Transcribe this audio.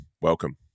welcome